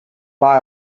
buy